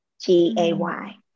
G-A-Y